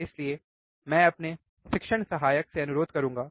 इसलिए मैं अपने शिक्षण सहायक से अनुरोध करुंगा